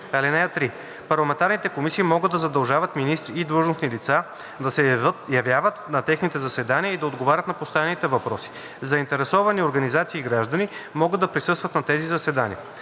Парламентарните комисии могат да задължават министри и длъжностни лица да се явяват на техните заседания и да отговарят на поставените въпроси. Заинтересовани организации и граждани могат да присъстват на тези заседания.